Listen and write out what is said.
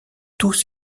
tous